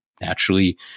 naturally